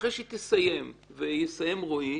ואחרי שהיא תסיים ויסיים רועי,